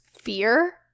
fear